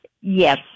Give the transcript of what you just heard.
Yes